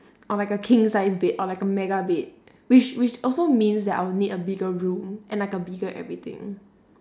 or like a king sized bed or like a mega bed which which also means that I'll need a bigger room and like a bigger everything